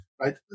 Right